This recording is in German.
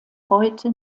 heute